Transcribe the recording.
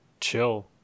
chill